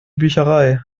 bücherei